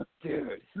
dude